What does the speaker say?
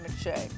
McShay